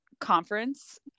conference